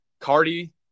Cardi